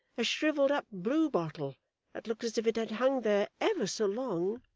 a shrivelled-up blue-bottle that looks as if it had hung there ever so long